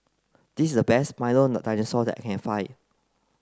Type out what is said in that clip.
this is the best Milo Dinosaur that I can find